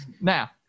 Now